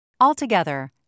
Altogether